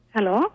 Hello